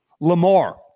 Lamar